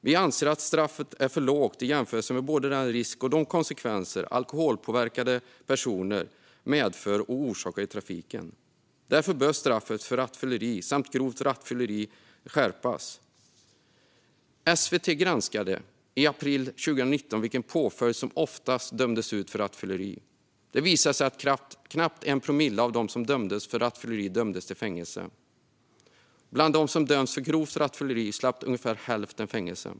Vi anser att straffet är för lågt i jämförelse med både den risk alkoholpåverkade personer medför och de konsekvenser de orsakar i trafiken. Därför bör straffet för rattfylleri samt grovt rattfylleri skärpas. I april 2019 granskade SVT vilken påföljd som oftast dömdes ut för rattfylleri. Det visade sig att knappt 1 promille av de som dömdes för rattfylleri dömdes till fängelse. Bland dem som dömdes för grovt rattfylleri slapp ungefär hälften fängelse.